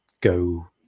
go